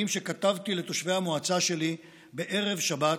שכתבתי לתושבי המועצה שלי בערב שבת,